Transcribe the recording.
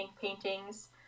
paintings